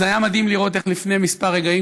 זה היה מדהים לראות איך לפני כמה רגעים,